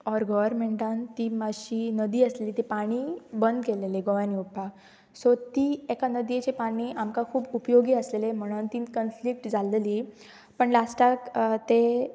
or गवररमेंटान ती मात्शी नदी आसलेली ती पाणी बंद केल्लेली गोंयान येवपाक सो ती एका नदयेची पाणी आमकां खूब उपयोगी आसलेले म्हणन तीं कन्फ्लिक्ट जाल्लेली पण लास्टाक ते